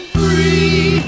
free